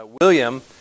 William